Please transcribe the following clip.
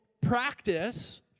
practice